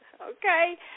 Okay